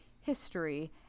history